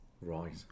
Right